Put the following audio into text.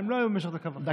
הן לא היו במשך דקה וחצי.